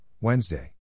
Wednesday